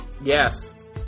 Yes